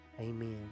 Amen